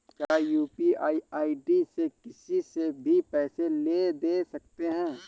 क्या UPI ID से किसी से भी पैसे ले दे सकते हैं?